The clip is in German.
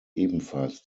ebenfalls